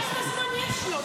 כמה זמן יש לו?